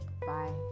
Bye